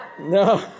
No